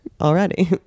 already